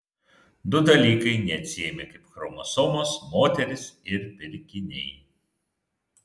du dalykai neatsiejami kaip chromosomos moterys ir pirkiniai